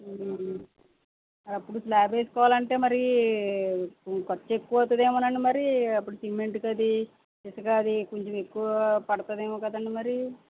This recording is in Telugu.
అప్పుడు స్లాబ్ వేయించుకోవాలంటే మరి ఖర్చు ఎక్కువ అవుతుందేమో మరి అప్పుడు సిమెంట్కి అది ఇసుక అది కొంచెం ఎక్కువ పడుతుందేమో కదండీ మరి